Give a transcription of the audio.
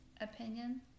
opinion